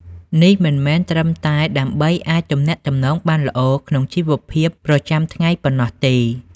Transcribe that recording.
នេះមិនមែនត្រឹមតែដើម្បីអាចទំនាក់ទំនងបានល្អក្នុងជីវភាពប្រចាំថ្ងៃប៉ុណ្ណោះទេ។